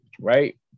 Right